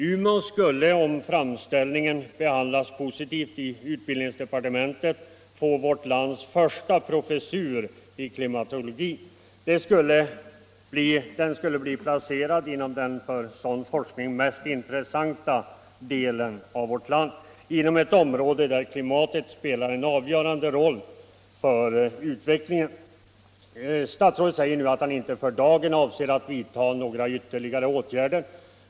Umeå skulle, om framställningen behandlas positivt i utbildningsdepartementet, få vårt lands första professur i klimatologi. Den skulle bli placerad inom den för sådan forskning mest intressanta delen av vårt land, inom ett område där klimatet spelar en avgörande roll för utvecklingen. Statsrådet säger nu att han inte för dagen avser att vidta några ytterligare åtgärder.